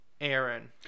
Aaron